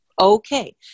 Okay